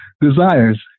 desires